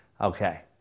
Okay